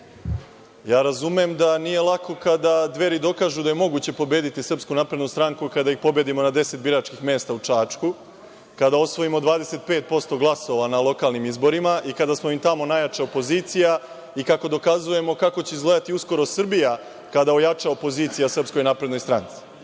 Razumem da nije lako kada Dveri dokažu da je moguće pobediti SNS kada ih pobedimo na deset biračkih mesta u Čačku, kada osvojimo 25% glasova na lokalnim izborima i kada smo im tamo najjača opozicija i kako dokazujemo kako će izgledati uskoro Srbija kada ojača opozicija Srpskoj naprednoj stranci. Naravno